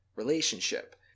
relationship